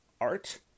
art